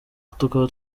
tukaba